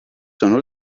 sono